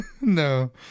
No